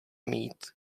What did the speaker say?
mít